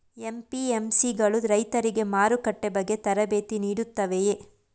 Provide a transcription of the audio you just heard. APMC ಗಳು ರೈತರಿಗೆ ಮಾರುಕಟ್ಟೆ ಬಗ್ಗೆ ತರಬೇತಿ ನೀಡುತ್ತವೆಯೇ?